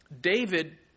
David